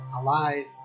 alive